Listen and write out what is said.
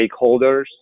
stakeholders